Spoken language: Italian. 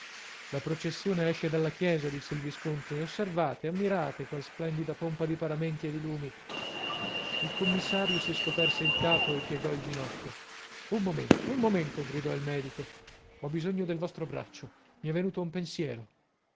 la processione esce dalla chiesa disse il visconte osservate ammirate qual splendida pompa di paramenti e di lumi il commissario si scoperse il capo e piegò il ginocchio un momento un momento gridò il medico ho bisogno del vostro braccio mi è venuto un pensiero